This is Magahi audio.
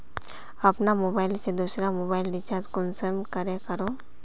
अपना मोबाईल से दुसरा मोबाईल रिचार्ज कुंसम करे करूम?